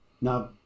Now